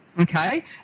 Okay